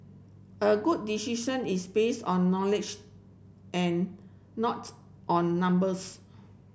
a good decision is based on knowledge and not on numbers